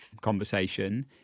conversation